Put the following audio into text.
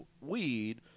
weed